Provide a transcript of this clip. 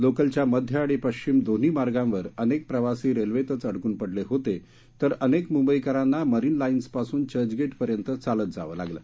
लोकलच्या मध्य आणि पश्चिम दोन्ही मार्गांवर अनेक प्रवासी रेल्वेतच अडकून पडले होते तर अनेक मुंबईकरांना मरीन लाईन्सपासून चर्चगेटपर्यंत चालत जावे लागले